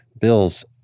bills